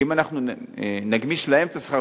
כי אם אנחנו נגמיש להם את השכר,